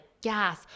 gas